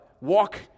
Walk